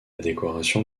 décoration